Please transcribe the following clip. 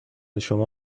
شما